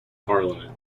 parliament